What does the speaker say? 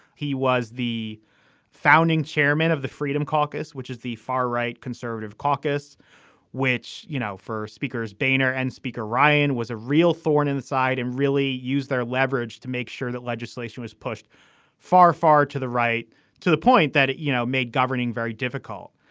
he was the founding chairman of the freedom caucus which is the far right conservative caucus which you know for speakers boehner and speaker ryan was a real thorn in the side and really use their leverage to make sure that legislation was pushed far far to the right to the point that it you know made governing very difficult.